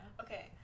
okay